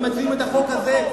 ומציעים את החוק הזה,